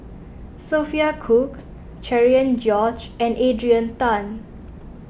Sophia Cooke Cherian George and Adrian Tan